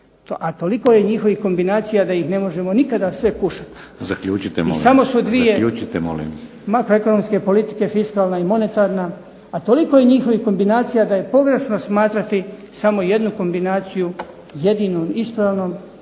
Zaključite molim. **Marić, Goran (HDZ)** I samo su dvije makroekonomske politike, fiskalna i monetarna, a toliko je njihovih kombinacija da je pogrešno smatrati samo jednu kombinaciju jedino ispravnom,